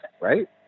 right